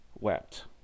wept